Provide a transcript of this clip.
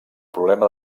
problema